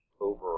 over